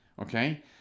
okay